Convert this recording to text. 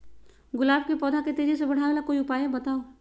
गुलाब के पौधा के तेजी से बढ़ावे ला कोई उपाये बताउ?